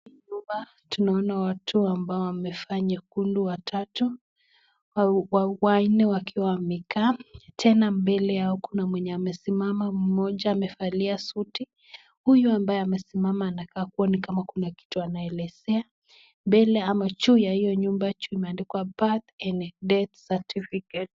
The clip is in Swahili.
Tunaona watu watatu ambao wamevaa nyekundu watatu, wa nne akiwa amekaa, tena mbele yao kuna mwenye amesimama ,mmoja amevalia suti. Huyo ambaye amesimama amekaa nikama kuwa kuna kitu ambayo anaelezea . Mbele ama juu ya hiyo nyumba imeandikwa birth ama death certificate .